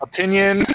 Opinion